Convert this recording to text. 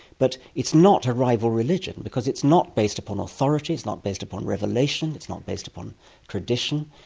but it's not a rival religion because it's not based upon authority, it's not based upon revelation, it's not based upon tradition,